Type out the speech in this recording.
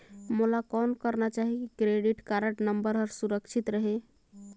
मोला कौन करना चाही की क्रेडिट कारड नम्बर हर सुरक्षित रहे?